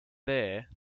there